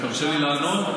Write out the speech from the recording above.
תרשה לי לענות,